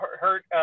hurt